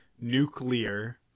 nuclear